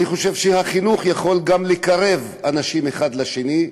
אני חושב שהחינוך יכול גם לקרב אנשים האחד לשני,